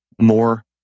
more